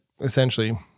essentially